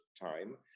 time